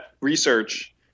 research